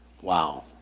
Wow